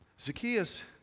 Zacchaeus